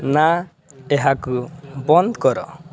ନା ଏହାକୁ ବନ୍ଦ କର